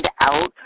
out